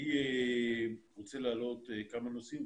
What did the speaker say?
אני רוצה להעלות כמה נושאים,